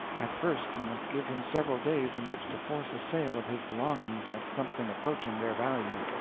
at first you must give him several days in which to force a sale of his belongings at something approaching their value.